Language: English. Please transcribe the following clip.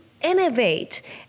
innovate